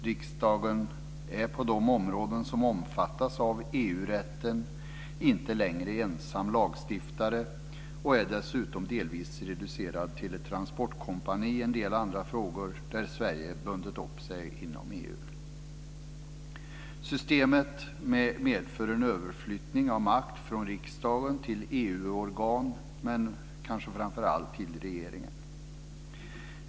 Riksdagen är på de områden som omfattas av EU-rätten inte längre ensam lagstiftare och är dessutom delvis reducerad till ett transportkompani i en del andra frågor där Sverige bundit upp sig inom EU. Systemet medför en överflyttning av makt från riksdagen till EU-organ men kanske framför allt till regeringen.